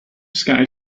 sky